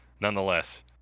nonetheless